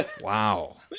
Wow